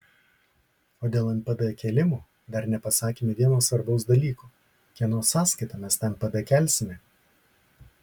o dėl npd kėlimo dar nepasakėme vieno svarbaus dalyko kieno sąskaita mes tą npd kelsime